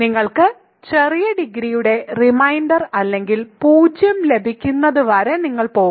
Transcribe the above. നിങ്ങൾക്ക് ചെറിയ ഡിഗ്രിയുടെ റിമൈൻഡർ അല്ലെങ്കിൽ 0 ലഭിക്കുന്നതുവരെ നിങ്ങൾ പോകും